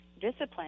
discipline